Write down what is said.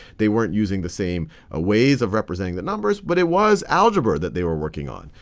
they weren't using the same ah ways of representing the numbers, but it was algebra that they were working on.